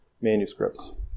manuscripts